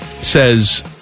says